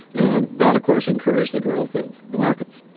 and that of course encouraged the growth of the markets.